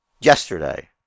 yesterday